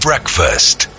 Breakfast